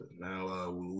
Now